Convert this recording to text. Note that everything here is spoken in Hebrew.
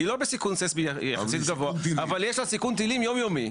היא לא בסיכון ססמי יחסית גבוה אבל יש לה סיכון טילים יום-יומי.